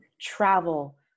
travel